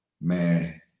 man